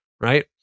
Right